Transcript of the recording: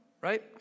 right